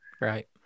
Right